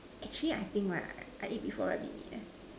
actually I think right I I eat before rabbit meat eh